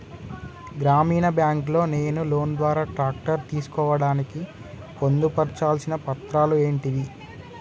గ్రామీణ బ్యాంక్ లో నేను లోన్ ద్వారా ట్రాక్టర్ తీసుకోవడానికి పొందు పర్చాల్సిన పత్రాలు ఏంటివి?